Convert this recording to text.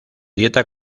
dieta